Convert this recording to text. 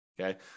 okay